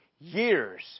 years